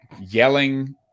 yelling